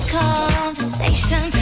conversation